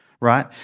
right